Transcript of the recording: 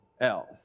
else